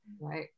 right